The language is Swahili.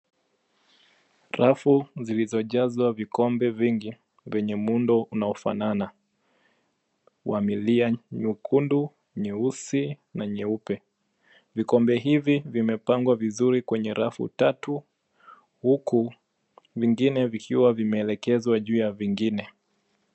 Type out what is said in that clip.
Rafu zilizojazwa vikombe vingi vyenye muundo unaofanana wa milia nyekundu, nyeusi na nyeupe. Vikombe hivi vimepangwa vizuri kwenye rafu tatu huku vingine vikiwa vimeelekezwa juu ya vingine.